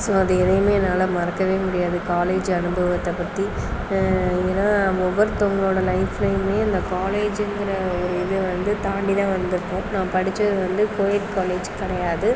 so அதை எதையுமே என்னால் மறக்கவே முடியாது காலேஜ் அனுபவத்தை பற்றி ஏன்னா நம்ம ஒவ்வொருத்தங்களோட லைஃப்லேயுமே இந்த காலேஜுங்கற ஒரு இது வந்து தாண்டி தான் வந்திருக்கோம் நான் படித்தது வந்து கோஎட் காலேஜ் கிடையாது